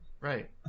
Right